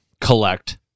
collect